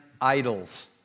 idols